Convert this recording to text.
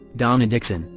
donna dixon,